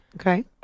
Okay